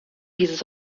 dieses